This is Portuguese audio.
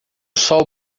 sol